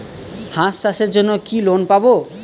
হাঁস চাষের জন্য কি লোন পাব?